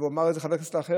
ואמר את זה חבר כנסת אחר,